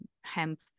Hemp